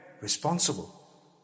responsible